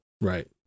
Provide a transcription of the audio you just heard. right